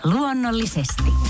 Luonnollisesti